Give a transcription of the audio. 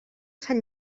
sant